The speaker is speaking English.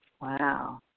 Wow